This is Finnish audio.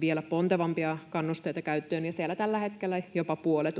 vielä pontevampia kannusteita käyttöön, ja siellä tällä hetkellä jopa puolet